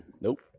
Nope